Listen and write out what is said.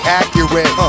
accurate